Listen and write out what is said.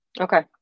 Okay